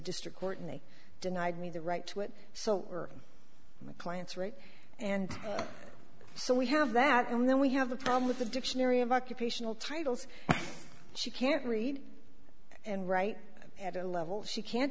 district court and they denied me the right to it so my client's right and so we have that and then we have a problem with the dictionary of occupational titles she can't read and write at a level she can't